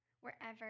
wherever